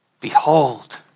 Behold